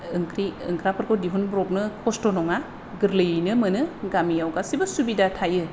ओंख्रि ओंख्राफोरखौ दिहुनब्रबनो खसथ' नङा गोरलैयैनो मोनो गामियाव गासिबो सुबिदा थायो